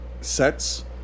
sets